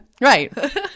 Right